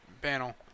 panel